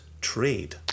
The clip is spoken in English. Trade